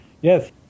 Yes